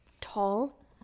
tall